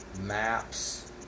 maps